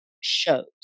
shows